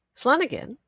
Flanagan